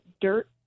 Dirt